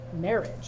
marriage